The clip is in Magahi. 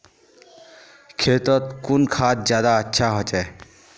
खेतोत कुन खाद ज्यादा अच्छा होचे?